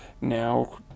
now